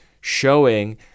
showing